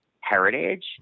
heritage